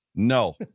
No